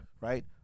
Right